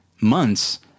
months